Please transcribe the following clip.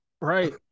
Right